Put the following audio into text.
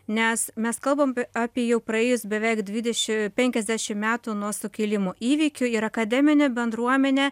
nes mes kalbam apie jau praėjus beveik dvideši penkiasdešimt metų nuo sukilimo įvykių ir akademinė bendruomenė